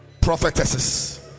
prophetesses